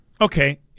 Okay